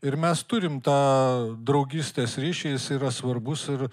ir mes turim tą draugystės ryšį jis yra svarbus ir